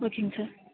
ஓகேங்க சார்